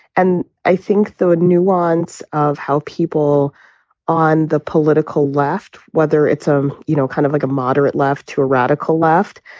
and i think the nuance of how people on the political left, whether it's a, um you know, kind of like a moderate left to a radical left,